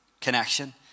connection